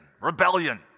rebellion